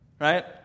right